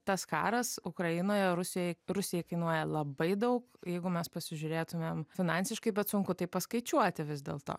tas karas ukrainoje rusijoj rusijai kainuoja labai daug jeigu mes pasižiūrėtumėm finansiškai bet sunku tai paskaičiuoti vis dėlto